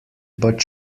but